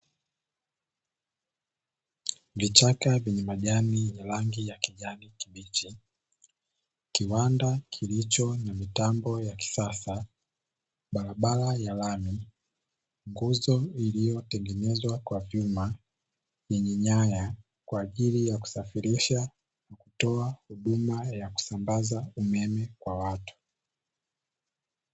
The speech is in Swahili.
Vichaka vyenye majani ya rangi ya kijani kibichi, kiwanda kilicho na mitambo ya kisasa, barabara ya lami, nguzo iliyotengenezwa kwa vyuma yenye nyaya kwa ajili ya kusafirisha na kutoa huduma ya kusambaza umeme kwa watu.